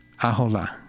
Ahola